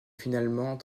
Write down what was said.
finalement